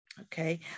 Okay